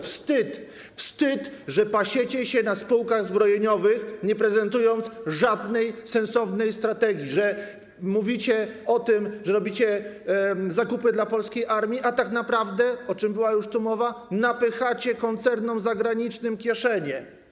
Wstyd, że pasiecie się na spółkach zbrojeniowych, nie prezentując żadnej sensownej strategii, że mówicie o tym, że robicie zakupy dla polskiej armii, a tak naprawdę, o czym była już tu mowa, napychacie koncernom zagranicznym kieszenie.